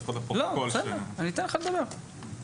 אני אתן לך לדבר.